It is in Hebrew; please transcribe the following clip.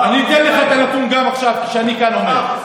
אני אתן לך את הנתון גם עכשיו כשאני כאן עומד.